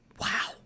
Wow